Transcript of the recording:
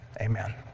Amen